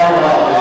הוא היה כבר,